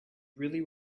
really